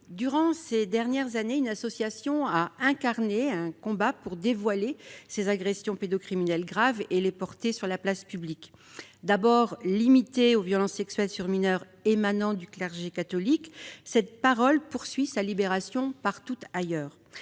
cours des dernières années, une association a incarné le combat mené pour dévoiler les agressions pédocriminelles graves et les porter sur la place publique. D'abord limitée aux violences sexuelles sur mineurs émanant du clergé catholique, cette parole poursuit sa libération partout ailleurs.